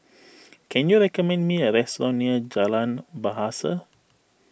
can you recommend me a restaurant near Jalan Bahasa